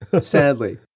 sadly